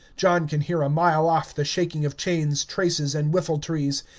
john can hear a mile off the shaking of chains, traces, and whiffle-trees,